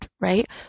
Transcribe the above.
right